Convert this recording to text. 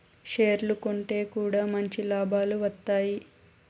షేర్లు కొంటె కూడా మంచి లాభాలు వత్తాయి